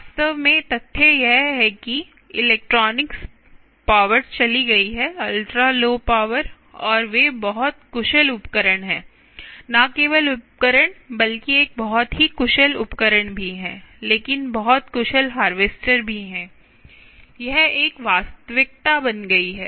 वास्तव में तथ्य यह है कि इलेक्ट्रॉनिक्स पावर चली गई है अल्ट्रा लो पावर और वे बहुत कुशल उपकरण हैं न केवल उपकरण बल्कि एक बहुत ही कुशल उपकरण भी हैं लेकिन बहुत कुशल हार्वेस्टर भी हैं यह एक वास्तविकता बन गई है